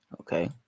okay